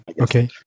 Okay